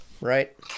Right